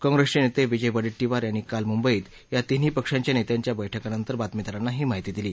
काँग्रेसचे नेते विजय वडेट्टीवार यांनी काल मुंबईत या तिन्ही पक्षांच्या नेत्यांच्या बैठकानंतर बातमीदारांना ही माहिती दिली